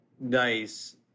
nice